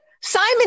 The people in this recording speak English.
Simon